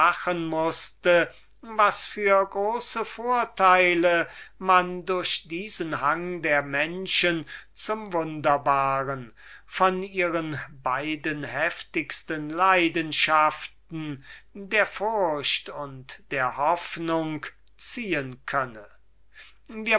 was für große vorteile man durch diesen hang der menschen zum wunderbaren von ihren beiden heftigsten leidenschaften der furcht und der hoffnung ziehen könne